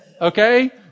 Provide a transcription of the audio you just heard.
okay